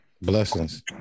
Blessings